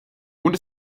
und